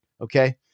Okay